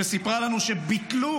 שסיפרה לנו שביטלו,